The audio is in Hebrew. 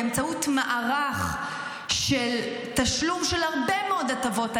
באמצעות מערך של תשלום של הרבה מאוד הטבות,